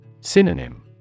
Synonym